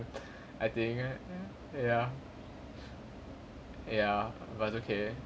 I think ya ya but okay